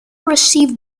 received